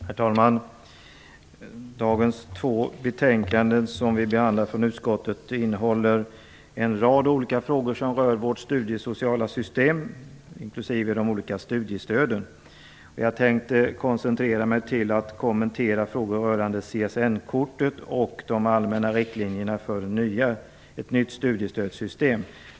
Herr talman! De två betänkanden som vi behandlar i dag innehåller en rad olika frågor som rör vårt studiesociala system, inklusive de olika studiestöden. Jag tänkte koncentrera mig till att kommentera frågor rörande CSN-kortet och de allmänna riktlinjerna för ett nytt studiestödssystem.